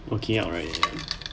ok alright then